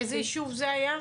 איזה יישוב זה היה?